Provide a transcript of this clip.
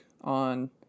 on